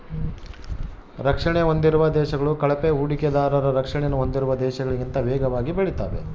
ರಕ್ಷಣೆ ಹೊಂದಿರುವ ದೇಶಗಳು ಕಳಪೆ ಹೂಡಿಕೆದಾರರ ರಕ್ಷಣೆಯನ್ನು ಹೊಂದಿರುವ ದೇಶಗಳಿಗಿಂತ ವೇಗವಾಗಿ ಬೆಳೆತಾವೆ